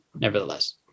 Nevertheless